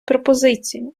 пропозицію